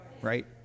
right